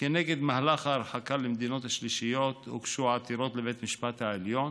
כנגד מהלך ההרחקה למדינות השלישיות הוגשו עתירות לבית המשפט העליון,